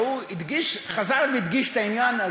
והוא חזר והדגיש את העניין הזה,